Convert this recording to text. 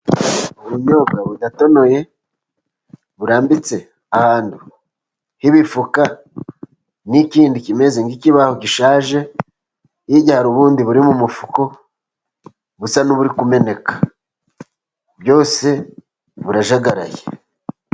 Ubunyobwa budatonoye burambitse ahantu h'ibifuka n'ikindi kimeze nk'ikibaho gishaje, hirya hari ubundi buri mu mufuko busa n'uburi ku meneka, byose burajagaraye.